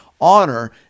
honor